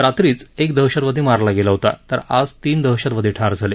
रात्रीच एक दहशतवादी मारला गेला होता तर आज तीन दहशतवादी ठार झाले